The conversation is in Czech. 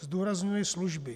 Zdůrazňuji služby.